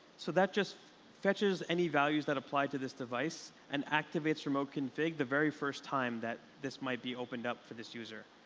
so that just fetches any values that applied to this device and activates remote config the very first time that this might be opened up for this user.